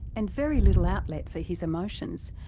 and very little outlet for his emotions,